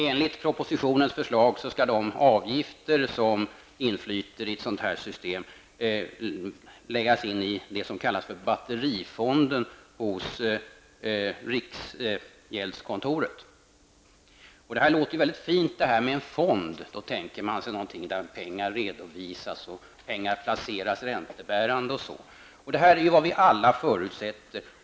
Enligt propositionens förslag skall de avgifter som inflyter i ett sådant system läggas in i det som kallas batterifonden hos riksgäldskontoret. Det låter väldigt fint med en fond. Man tänker sig någonting där pengar redovisas och där pengar placeras räntebärande. Detta är vad vi alla förutsätter.